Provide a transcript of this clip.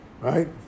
Right